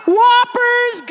Whoppers